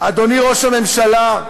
אדוני ראש הממשלה,